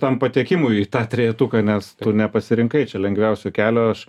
tam patekimui į tą trejetuką nes tu nepasirinkai čia lengviausio kelio aš